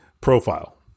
profile